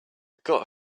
gotta